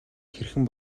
хэрхэн